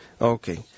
Okay